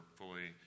fully